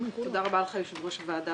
יושב-ראש הוועדה,